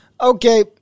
Okay